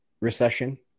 recession